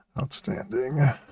Outstanding